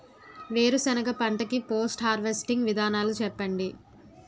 వేరుసెనగ పంట కి పోస్ట్ హార్వెస్టింగ్ విధానాలు చెప్పండీ?